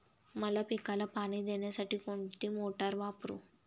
मका पिकाला पाणी देण्यासाठी कोणती मोटार वापरू?